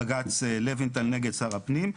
בג"ץ לוינטל נגד שר הפנים.